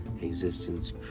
existence